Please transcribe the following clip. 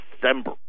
December